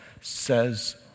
says